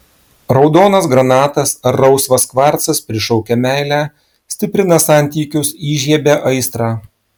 raudonas granatas ar rausvas kvarcas prišaukia meilę stiprina santykius įžiebia aistrą